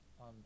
on